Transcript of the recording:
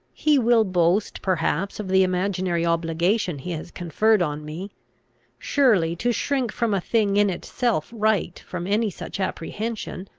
he will boast, perhaps of the imaginary obligation he has conferred on me surely to shrink from a thing in itself right from any such apprehension,